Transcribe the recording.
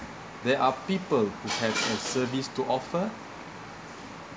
there are people who has a service to offer